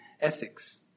Ethics